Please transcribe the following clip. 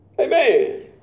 Amen